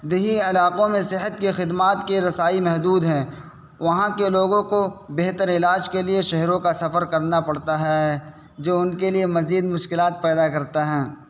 دیہی علاقوں میں صحت کی خدمات کے رسائی محدود ہیں وہاں کے لوگوں کو بہتر علاج کے لیے شہروں کا سفر کرنا پڑتا ہے جو ان کے لیے مزید مشکلات پیدا کرتا ہے